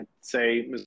say